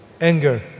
anger